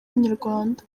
inyarwanda